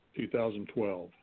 2012